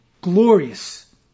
glorious